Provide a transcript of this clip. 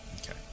Okay